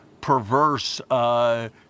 perverse